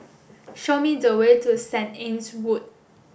show me the way to Saint Anne's Wood